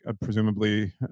presumably